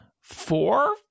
four